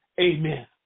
amen